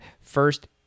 first